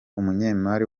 umunyemari